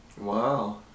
Wow